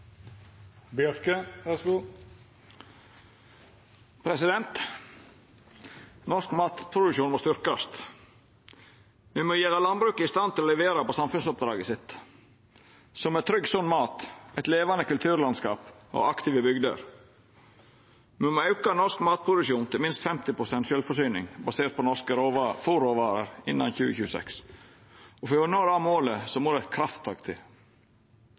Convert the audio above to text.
Norsk matproduksjon må styrkast. Me må gjera landbruket i stand til å levera på samfunnsoppdraget sitt, som er trygg, sunn mat, eit levande kulturlandskap og aktive bygder. Me må auka norsk matproduksjon til minst 50 pst. sjølvforsyning, basert på norske fôrråvarer, innan 2026. For å nå det målet må det eit krafttak til.